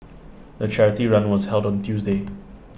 the charity run was held on Tuesday